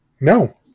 No